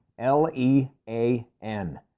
L-E-A-N